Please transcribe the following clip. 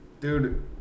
dude